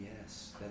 Yes